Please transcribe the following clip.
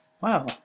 Wow